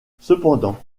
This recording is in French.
cependant